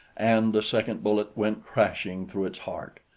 and a second bullet went crashing through its heart.